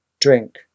Drink